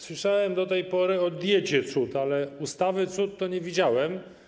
Słyszałem do tej pory o diecie cud, ale ustawy cud to nie widziałem.